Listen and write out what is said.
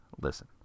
listen